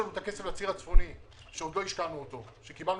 בציר העלייה הושקעו כ-10 מיליון שקל.